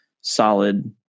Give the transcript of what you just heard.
solid